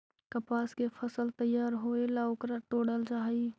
कपास के फसल तैयार होएला ओकरा तोडल जा हई